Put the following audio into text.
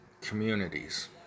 communities